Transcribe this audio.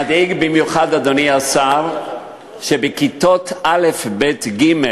מדאיג במיוחד, אדוני השר, שבכיתות א', ב', ג'